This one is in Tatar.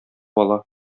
ала